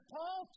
Paul